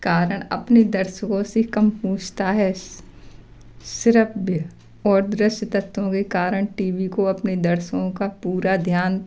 कारण अपने दर्शकों से कम पहुंचता है ओर दृश्यतत्वों के कारण टी वी को अपने दर्शकों का पूरा ध्यान